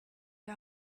der